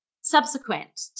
subsequent